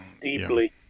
deeply